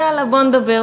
יאללה, בואו נדבר.